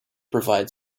provide